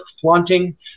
Flaunting